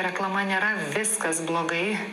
reklama nėra viskas blogai